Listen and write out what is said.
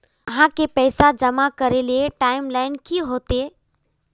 आहाँ के पैसा जमा करे ले टाइम लाइन की होते?